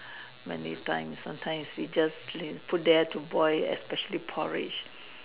many times sometimes you just leave put there to boil especially porridge